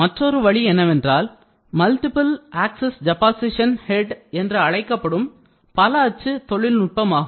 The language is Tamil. மற்றொரு வழி என்னவென்றால் மல்டிபிள் ஆக்சிஸ் டெபாசிஷன் டெட் என்று அழைக்கப்படும் பல அச்சு தொழில்நுட்பமாகும்